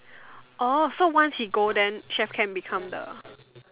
orh so once he go then chef can become the